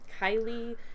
Kylie